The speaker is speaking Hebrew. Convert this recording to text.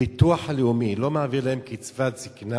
הביטוח הלאומי לא מעביר להם קצבת זיקנה.